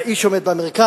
והאיש שעומד במרכז,